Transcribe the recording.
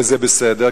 וזה בסדר,